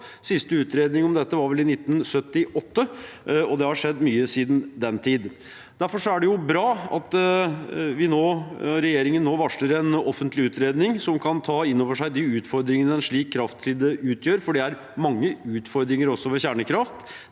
Siste utredning om dette var vel i 1978, og det har skjedd mye siden den tid. Derfor er det bra at regjeringen nå varsler en offentlig utredning som kan ta inn over seg de utfordringene en slik kraftkilde utgjør, for det er mange utfordringer også med kjernekraft